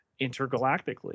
intergalactically